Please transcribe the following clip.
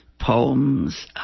poems